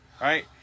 right